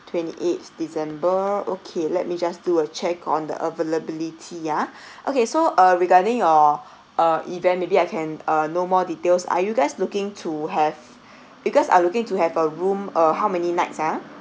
twenty eight december okay let me just do a check on the availability ya okay so uh regarding your uh event maybe I can uh know more details are you guys looking to have you guys are looking to have a room uh how many nights ah